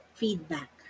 feedback